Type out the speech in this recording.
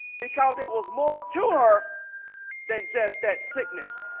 because it was more to her than just that sickness